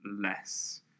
less